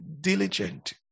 diligent